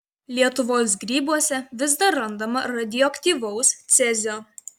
lietuvos grybuose vis dar randama radioaktyvaus cezio